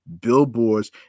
billboards